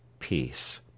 peace